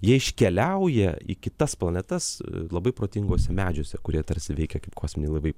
jie iškeliauja į kitas planetas labai protingose medžiuose kurie tarsi veikia kaip kosminiai laivai